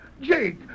Jake